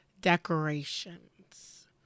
decorations